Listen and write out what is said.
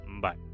Bye